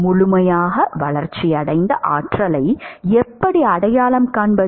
முழுமையாக வளர்ச்சியடைந்த ஆற்றலை எப்படி அடையாளம் காண்பது